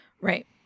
Right